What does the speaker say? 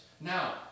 Now